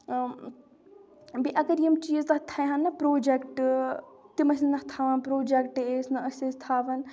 بیٚیہِ اگر یِم چیٖز تَتہِ تھَاوٕہن نہ پرٛوجَکٹ تِم ٲسۍ نہ تھاوَان پرٛوجَکٹ ایس نہٕ أسۍ ٲسۍ تھَاوَان